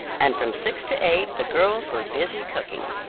and from six to eight the girls were busy cooking.